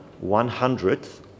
one-hundredth